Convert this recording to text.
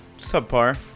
Subpar